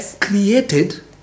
created